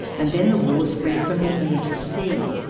and then the war spread from the air to the sea.